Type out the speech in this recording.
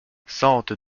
sente